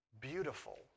beautiful